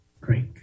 great